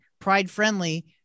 pride-friendly